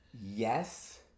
yes